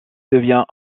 devient